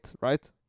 right